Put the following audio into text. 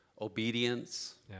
obedience